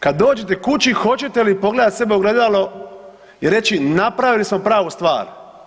Kad dođete kući hoćete li pogledat sebe u ogledalo i reći napravili smo pravu stvar?